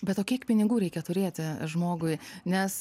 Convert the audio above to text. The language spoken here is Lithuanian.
be o kiek pinigų reikia turėti žmogui nes